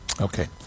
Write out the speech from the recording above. Okay